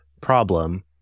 problem